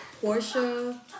Portia